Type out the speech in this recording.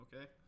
okay